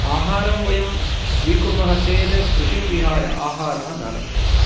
आहारं वयं स्वीकुर्मः चेत् कृषिं विहाय आहारं न लभ्यते